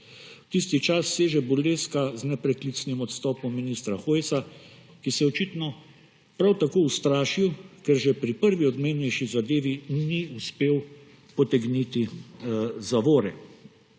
V tisti čas seže burleska z nepreklicnim odstopom ministra Hojsa, ki se je očitno prav tako ustrašil, ker že pri prvi odmevnejši zadevi ni uspel potegniti zavore.